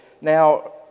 Now